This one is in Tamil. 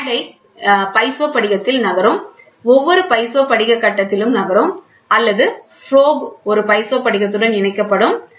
இங்கே மேடை பைசோ படிகத்தில் நகரும் ஒவ்வொரு பைசோ படிக கட்டத்திலும் நகரும் அல்லது ப்ரோப் ஒரு பைசோ படிகத்துடன் இணைக்கப்படும்